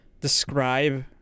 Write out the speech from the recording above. describe